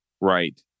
Right